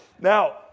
Now